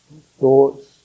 thoughts